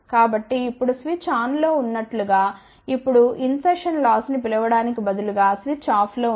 కాబట్టి ఇప్పుడు స్విచ్ ఆన్లో ఉన్నట్లు గా ఇప్పుడు ఇన్ సెర్షన్ లాస్ ని పిలవడానికి బదులుగా స్విచ్ ఆఫ్లో ఉంది